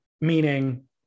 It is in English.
meaning